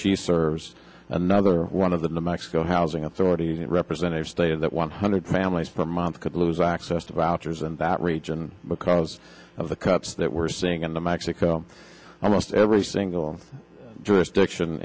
she serves another one of the mexico housing authority representatives they are that one hundred families per month could lose access to vouchers and that region because of the cuts that we're seeing in the mexico almost every single jurisdiction